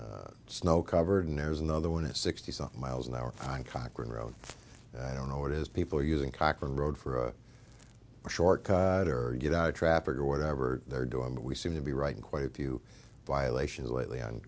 and snow covered and there's another one at sixty something miles an hour on cochran road i don't know what is people using cochran road for a short cut or get out of traffic or whatever they're doing but we seem to be right in quite a few violations lately on